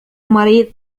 مريض